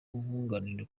nkunganire